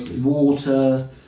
water